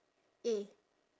eh